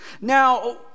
Now